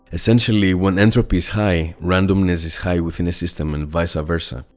essentially, when entropy is high, randomness is high within a system and vice versa.